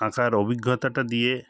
আঁকার অভিজ্ঞতাটা দিয়ে